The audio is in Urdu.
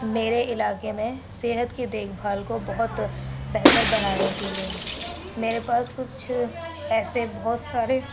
میرے علاقے میں صحت کی دیکھ بھال کو بہت بہتر بنانے کے لیے میرے پاس کچھ ایسے بہت سارے